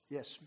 Yes